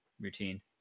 routine